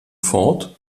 ford